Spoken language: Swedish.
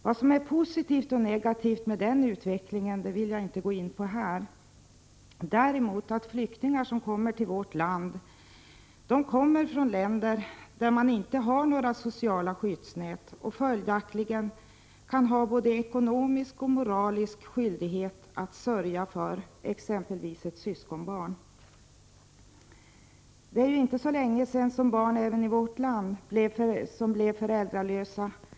Vad som är positivt och negativt med detta vill jag inte gå in på här. Det kommer flyktingar till vårt land från länder där man inte har några sociala skyddsnät. En sådan person kan följaktligen ha både ekonomisk och moralisk skyldighet att sörja för exempelvis ett syskonbarn. Det är inte så länge sedan som barn i vårt land som blev föräldrarlösa auktionerades ut till Prot.